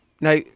now